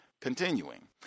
Continuing